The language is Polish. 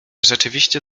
rzeczywiście